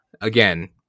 again